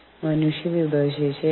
അവർ അംഗത്വം അഭ്യർത്ഥിക്കുന്നു